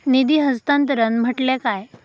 निधी हस्तांतरण म्हटल्या काय?